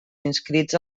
inscrits